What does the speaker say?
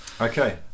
okay